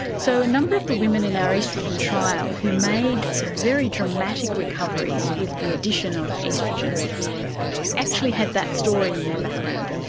so a number of the women in our oestrogen trial who made very dramatic recoveries with the addition of oestrogen actually had that story in their background.